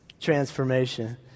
transformation